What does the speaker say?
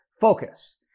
focus